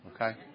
Okay